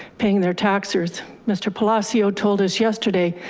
paying their taxes. mr. palacios told us yesterday,